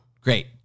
great